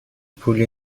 پولی